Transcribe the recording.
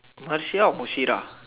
Marshia or Mushirah